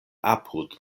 apud